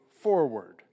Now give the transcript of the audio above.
forward